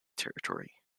territory